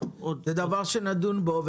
זה דבר שנדון בו.